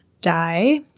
die